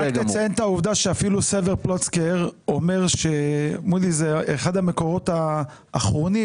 עובדה שאפילו סבר פלוצקר אמר שמודי'ס זה אחד מהמקורות האחרונים,